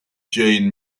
jane